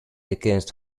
against